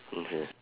okay